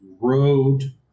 road